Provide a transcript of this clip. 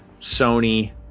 Sony